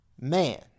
Man